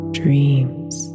dreams